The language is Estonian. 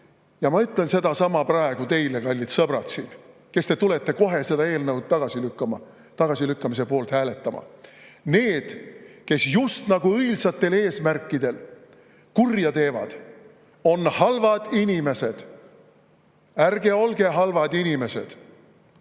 Ja ma ütlen sedasama teile, kallid sõbrad, kes te tulete kohe seda eelnõu tagasi lükkama, [selle eelnõu] tagasilükkamise poolt hääletama: need, kes just nagu õilsatel eesmärkidel kurja teevad, on halvad inimesed. Ärge olge halvad inimesed,